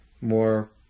more